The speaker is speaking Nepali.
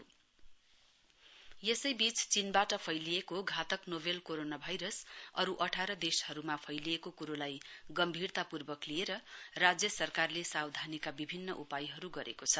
कोरोना भाइरस सिक्किम यसैबीच चीनबाट फैलिएको घातक नोभेल कोरोना भाइरस अरू अठार देशहरूमा फैलिएको कुरोलाई गम्भीरतापूर्वक लिएर राज्य सरकारले सावधानीका विभिन्न उपायहरू गरेको छ